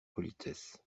politesse